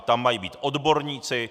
Tam mají být odborníci.